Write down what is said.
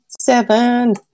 Seven